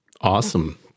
awesome